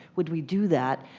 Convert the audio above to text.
would we do that,